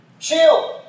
Shield